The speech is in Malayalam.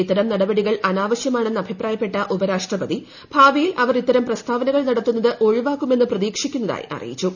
ഇത്തരം നടപടികൾ അനാവശ്യമാണെന്ന് അഭിപ്രായപ്പെട്ട ഉപരാഷ്ട്രപതി ഭാവിയിൽ അവർ ഇത്തരം പ്രസ്താവനകൾ നടത്തുന്നത് ഒഴിവാക്കുമെന്ന് പ്രതീക്ഷിക്കുന്നതായി അറിയിച്ചു